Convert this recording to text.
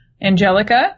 Angelica